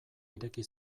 ireki